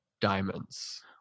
diamonds